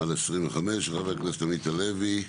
פ/3343/25, של חבר הכנסת עמית הלוי,